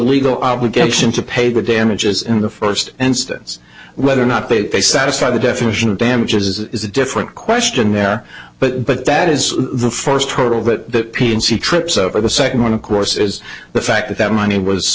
legal obligation to pay for damages in the first instance whether or not they satisfy the definition of damages is a different question there but but that is the first hurdle that p and c trips over the second one of course is the fact that that money was